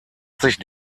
sich